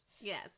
Yes